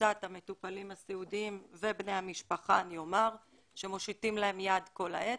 קבוצת המטופלים הסיעודיים ובני המשפחה שמושיטים להם יד כל העת.